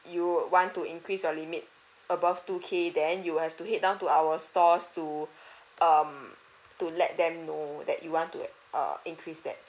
you want to increase the limit above two K then you have to head down to our stores to um to let them know that you want to err increase that